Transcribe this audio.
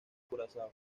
curazao